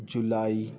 July